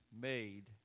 made